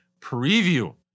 preview